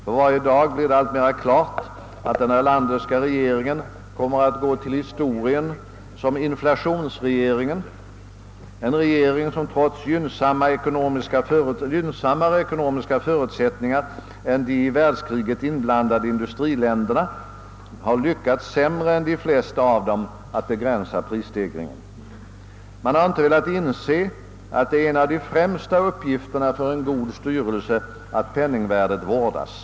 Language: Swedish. För varje dag blir det alltmera klart att den Erlanderska regeringen kommer att gå till historien som inflationsregeringen, en rege ring som trots gynnsammare ekonomiska förutsättningar än de i världskriget inblandade industriländerna har lyckats sämre än de flesta av dem att begränsa prisstegringen. Man har inte velat inse att en av de främsta uppgifterna för en god styrelse är att penningvärdet vårdas.